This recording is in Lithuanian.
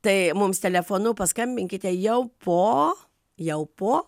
tai mums telefonu paskambinkite jau po jau po